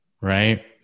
right